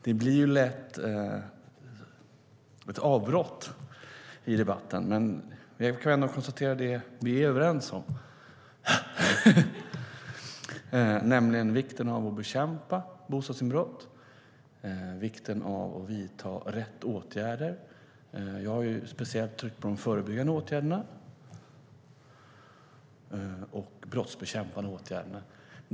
Det blir lätt ett avbrott i debatten, men jag kan gärna konstatera vad vi är överens om. Det handlar om vikten av att bekämpa bostadsinbrott och vikten av att vidta rätt åtgärder. Jag har speciellt tryckt på de förebyggande åtgärderna och de brottsbekämpande åtgärderna.